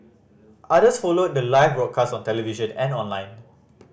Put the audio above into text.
others followed the live broadcast on television and online